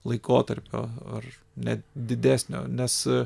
laikotarpio ar net didesnio nes